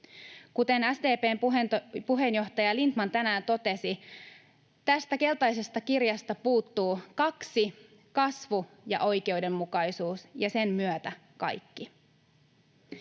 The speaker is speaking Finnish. Kuten SDP:n puheenjohtaja Lindtman tänään totesi, tästä keltaisesta kirjasta puuttuu kaksi, kasvu ja oikeudenmukaisuus, ja sen myötä kaikki.